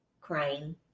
Crying